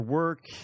work